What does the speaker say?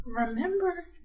Remember